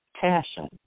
passion